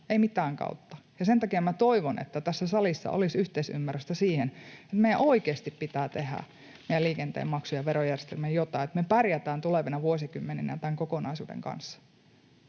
ei mitään kautta. Sen takia minä toivon, että tässä salissa olisi yhteisymmärrystä siihen, että meidän oikeasti pitää tehdä meidän liikenteen maksu- ja verojärjestelmään jotain, että me pärjätään tulevina vuosikymmeninä tämän kokonaisuuden kanssa.